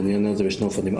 אני אענה על זה בשני אופנים.